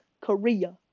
Korea